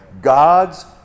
God's